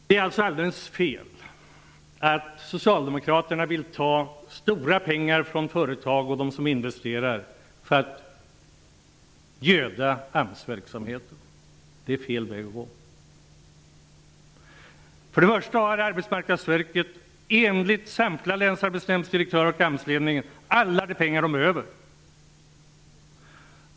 Det är alltså alldeles fel väg att, som socialdemokraterna vill, ta stora pengar från företag och investerare för att göda AMS verksamheten. Först och främst har Arbetsmarknadsverket enligt samtliga länsarbetsdirektörer och AMS-ledningen alla de pengar som det behöver.